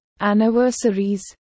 Anniversaries